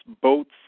boats